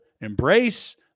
embrace